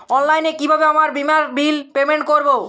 অনলাইনে কিভাবে আমার বীমার বিল পেমেন্ট করবো?